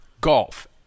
golf